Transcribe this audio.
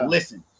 Listen